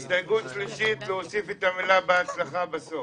יש לך הסתייגות נוספת?